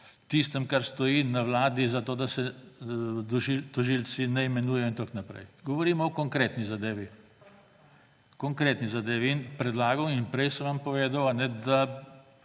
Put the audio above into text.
tistem, kar stoji na Vladi, zato da se tožilci ne imenujejo, in tako naprej. Govorimo o konkretni zadevi. Konkretni zadevi. In predlagal sem in prej sem vam povedal,